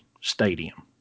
stadium